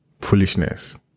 foolishness